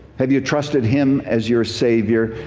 have you trusted him as your savior?